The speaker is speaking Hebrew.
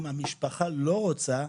אם המשפחה לא רוצה,